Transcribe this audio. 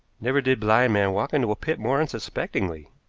never did blind man walk into a pit more unsuspectingly.